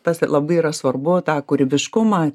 tas labai yra svarbu tą kūrybiškumą